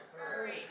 hurry